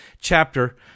chapter